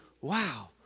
wow